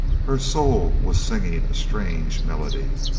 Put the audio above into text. her soul was singing a strange melody.